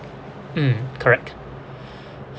mm correct